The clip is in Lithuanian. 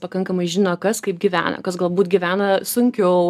pakankamai žino kas kaip gyvena kas galbūt gyvena sunkiau